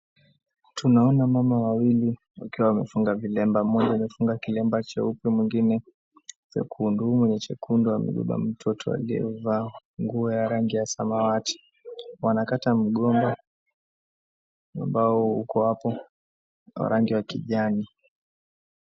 Tunaona mama wawili wakiwa wamefunga vilemba. Mmoja amefunga kilemba cheupe mwengine chekundu. Huyu mwenye chekundu amebeba mtoto aliyevaa nguo ya rangi ya samawati. Wanakata mgomba, ambao uko hapo, wa rangi ya kijani.